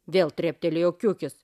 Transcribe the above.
vėl treptelėjo kiukis